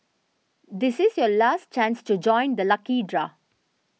this is your last chance to join the lucky draw